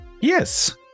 Yes